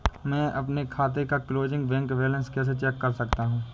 मैं अपने खाते का क्लोजिंग बैंक बैलेंस कैसे चेक कर सकता हूँ?